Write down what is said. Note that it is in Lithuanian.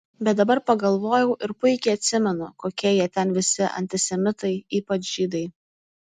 bet dabar pagalvojau ir puikiai atsimenu kokie jie ten visi antisemitai ypač žydai